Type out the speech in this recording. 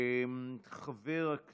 אני